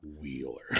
Wheeler